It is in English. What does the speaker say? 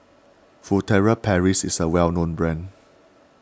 Furtere Paris is a well known brand